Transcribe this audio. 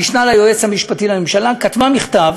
המשנה ליועץ המשפטי לממשלה כתבה מכתב